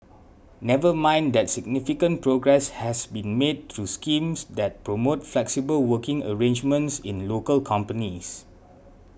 never mind that significant progress has been made through schemes that promote flexible working arrangements in local companies